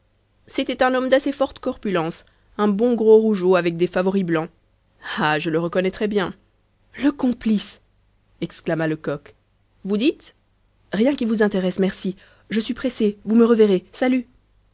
c'était un homme d'assez forte corpulence un bon gros rougeaud avec des favoris blancs ah je le reconnaîtrais bien le complice exclama lecoq vous dites rien qui vous intéresse merci je suis pressé vous me reverrez salut